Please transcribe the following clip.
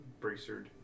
bracered